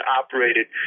operated